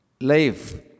Life